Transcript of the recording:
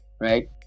right